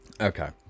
Okay